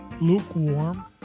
lukewarm